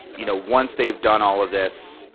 you know once they've done all of this,